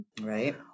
right